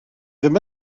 ddim